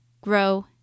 grow